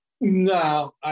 No